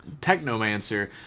Technomancer